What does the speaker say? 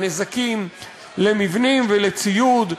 הנזקים למבנים ולציוד,